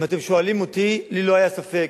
אם אתם שואלים אותי, לי לא היה ספק.